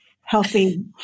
healthy